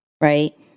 right